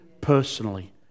personally